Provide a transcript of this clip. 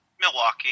Milwaukee